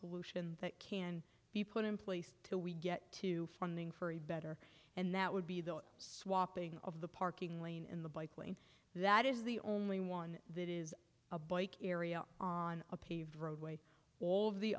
solution that can be put in place till we get to funding for a better and that would be the swapping of the parking lane in the bike lane that is the only one that is a bike area on a paved road way all of the